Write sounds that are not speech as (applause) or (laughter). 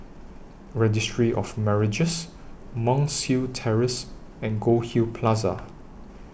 Registry of Marriages (unintelligible) Terrace and Goldhill Plaza